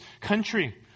country